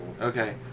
Okay